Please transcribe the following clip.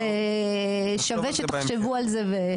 שווה שתחשבו על זה.